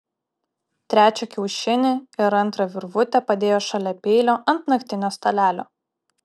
trečią kiaušinį ir antrą virvutę padėjo šalia peilio ant naktinio stalelio